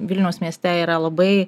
vilniaus mieste yra labai